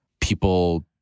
people